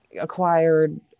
acquired